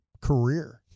career